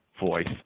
voice